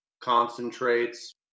concentrates